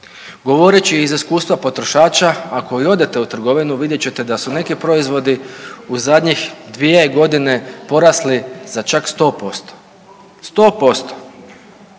Govoreći iz iskustva potrošača ako i odete u trgovinu vidjet ćete da su neki proizvodi u zadnjih 2 godine porasli za čak 100%, 100%.